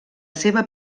seva